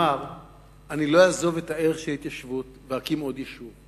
לא אעזוב את ערך ההתיישבות ואקים עוד יישוב.